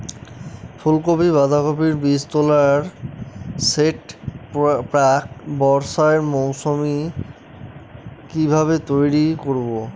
ফুলকপি বাধাকপির বীজতলার সেট প্রাক বর্ষার মৌসুমে কিভাবে তৈরি করব?